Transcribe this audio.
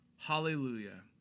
Hallelujah